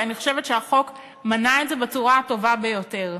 ואני חושבת שהחוק מנע את זה בצורה הטובה ביותר.